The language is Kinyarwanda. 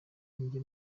ninjye